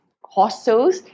hostels